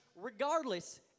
regardless